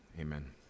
Amen